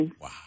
Wow